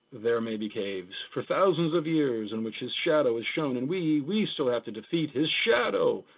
there may be caves for thousands of years in which his shadow is shown and we we still have to defeat his shadow.